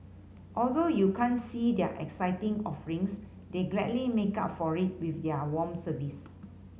although you can't see their exciting offerings they gladly make up for it with their warm service